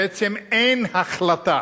בעצם אין החלטה